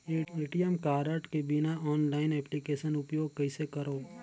ATM card के बिना online application उपयोग कइसे करो?